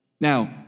Now